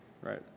right